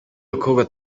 abakobwa